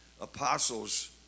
apostles